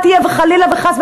חלילה וחס,